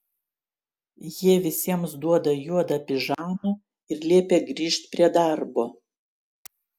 jie visiems duoda juodą pižamą ir liepia grįžt prie darbo